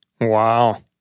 Wow